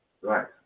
Right